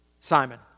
Simon